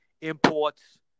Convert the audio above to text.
imports